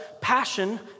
passion